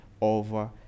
over